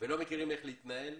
ולא יודעים איך להתנהל,